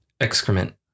excrement